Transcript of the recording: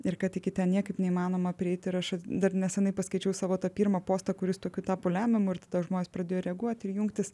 ir kad iki ten niekaip neįmanoma prieiti ir aš dar nesenai paskaičiau savo pirmą postą kuris tokiu tapo lemiamu ir tada žmonės pradėjo reaguot ir jungtis